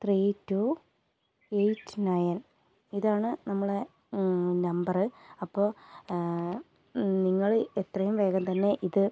three two eight nine ഇതാണ് നമ്മളെ number അപ്പം നിങ്ങൾ എത്രയും വേഗം തന്നെ ഇത്